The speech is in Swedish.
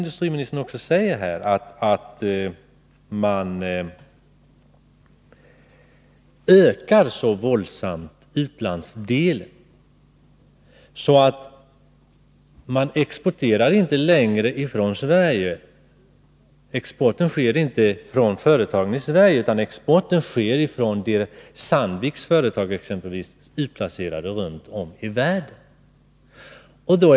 Dessutom sker inte längre exporten från företagen i Sverige utan från exempelvis Sandviks företag, utplacerade runt om i världen.